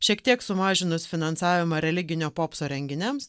šiek tiek sumažinus finansavimą religinio popso renginiams